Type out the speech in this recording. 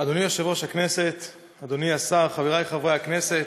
הישיבה, אדוני השר, חברי חברי הכנסת,